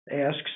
asks